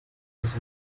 his